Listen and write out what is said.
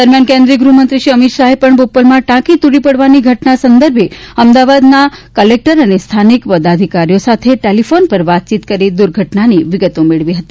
દરમ્યાન કેન્દ્રિય ગ્રહમંત્રી શ્રી અમિત શાહે પણ બોપલમાં ટાંકી તૂટી પડવાની ઘટના સંદર્ભે અમદાવાદના કલેક્ટર અને સ્થાનિક પદાધિકારીઓ સાથે ટેલીફોન પર વાતચીત કરી દ્વર્ઘટનાની વિગતો મેળવી હતી